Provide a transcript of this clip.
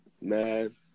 Man